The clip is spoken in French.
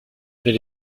elle